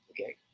okay